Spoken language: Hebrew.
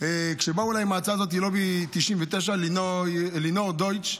כשבאו אליי עם ההצעה הזאת מלובי 99, לינור דויטש,